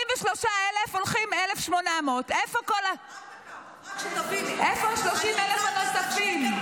33,000, הולכים 1,800, איפה כל ה-30,000 הנוספים?